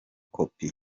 kopi